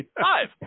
Five